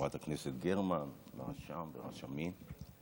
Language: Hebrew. לחברת הכנסת גרמן, לרשם, לרשמים.